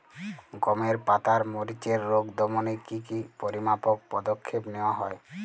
গমের পাতার মরিচের রোগ দমনে কি কি পরিমাপক পদক্ষেপ নেওয়া হয়?